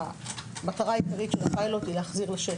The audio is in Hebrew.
שהמטרה העיקרית של הפיילוט היא להחזיר לשטח.